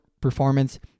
performance